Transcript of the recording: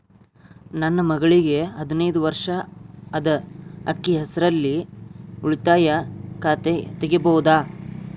ನನ್ನ ಮಗಳಿಗೆ ಹದಿನೈದು ವರ್ಷ ಅದ ಅಕ್ಕಿ ಹೆಸರಲ್ಲೇ ಉಳಿತಾಯ ಖಾತೆ ತೆಗೆಯಬಹುದಾ?